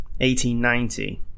1890